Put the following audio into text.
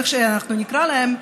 איך שנקרא להם,